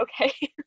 okay